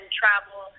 travel